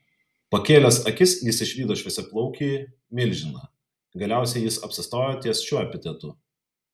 pakėlęs akis jis išvydo šviesiaplaukį milžiną galiausiai jis apsistojo ties šiuo epitetu